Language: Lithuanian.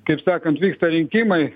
kaip sakant vyksta rinkimai